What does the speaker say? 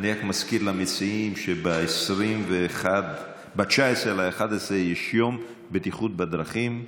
אני רק מזכיר למציעים שב-19 בנובמבר חל יום הבטיחות בדרכים,